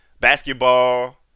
basketball